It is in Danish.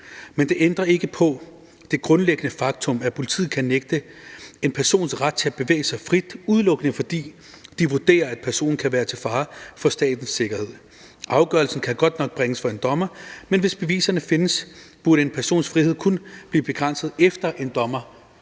Men det ændrer ikke på det grundlæggende faktum, at politiet kan nægte en person ret til at bevæge sig frit, udelukkende fordi de vurderer, at personen kan være til fare for statens sikkerhed. Afgørelsen kan godt nok bringes for en dommer, men hvis beviserne findes, burde en persons frihed kun blive begrænset, efter at en dommer